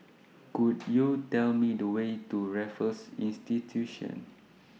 Could YOU Tell Me The Way to Raffles Institution